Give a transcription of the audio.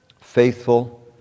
Faithful